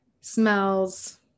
smells